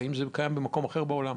האם זה קיים במקום אחר בעולם?